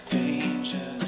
danger